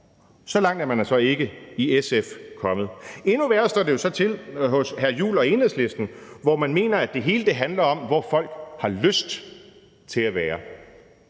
Så langt er man så ikke kommet i SF. Endnu værre står det så til hos hr. Christian Juhl og Enhedslisten, hvor man mener, at det hele handler om, hvor folk har lyst til at være.